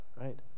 right